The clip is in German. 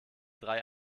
drei